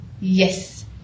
Yes